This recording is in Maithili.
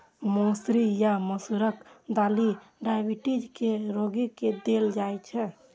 मौसरी या मसूरक दालि डाइबिटीज के रोगी के देल जाइ छै